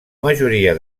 majoria